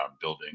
building